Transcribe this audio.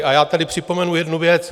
A já tady připomenu jednu věc.